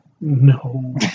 No